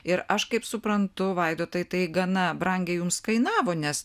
ir aš kaip suprantu vaidotai tai gana brangiai jums kainavo nes